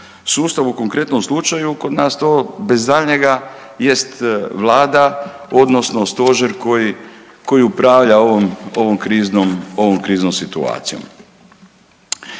u konkretnom slučaju kod nas to bez daljnjega jest Vlada odnosno stožer koji upravlja ovom kriznom situacijom.